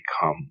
become